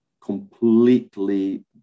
completely